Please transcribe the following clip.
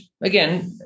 again